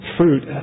fruit